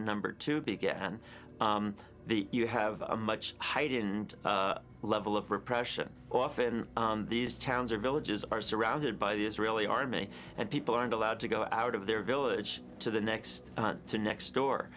number two began the you have a much higher of all of repression often these towns or villages are surrounded by the israeli army and people aren't allowed to go out of their village to the next to next door